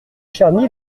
charny